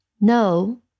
No